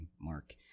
Mark